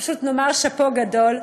פשוט נאמר שאפו גדול,